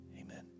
Amen